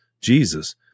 Jesus